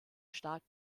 stark